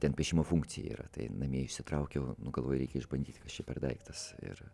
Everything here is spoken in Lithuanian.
ten piešimo funkcija yra tai namie išsitraukiau nu galvoju reikia išbandyt kas čia per daiktas ir